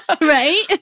Right